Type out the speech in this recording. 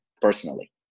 personally